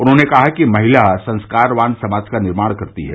उन्होंने कहा कि महिला संस्कारवान समाज का निर्माण करती है